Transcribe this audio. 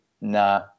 nah